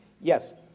Yes